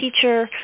teacher